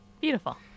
Beautiful